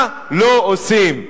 מה לא עושים?